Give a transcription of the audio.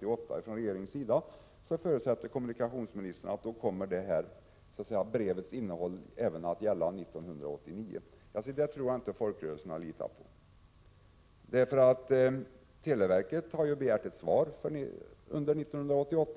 ges från regeringens sida. Men se det tror jag inte att man från folkrörelsernas sida litar på! Televerket har ju begärt ett svar under 1988.